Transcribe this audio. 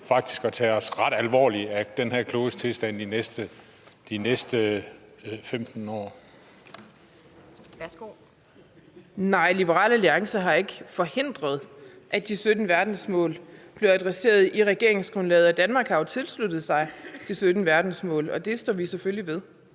(Pia Kjærsgaard): Værsgo. Kl. 15:34 Christina Egelund (LA): Nej, Liberal Alliance har ikke forhindret, at de 17 verdensmål bliver adresseret i regeringsgrundlaget. Danmark har jo tilsluttet sig de 17 verdensmål, og det står vi selvfølgelig ved.